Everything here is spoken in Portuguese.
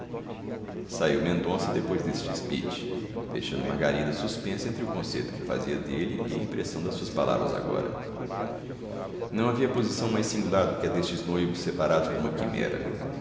saiu mendonça depois deste speech deixando margarida suspensa entre o conceito que fazia dele e a impressão das suas palavras agora não havia posição mais singular do que a destes noivos separados por uma quimera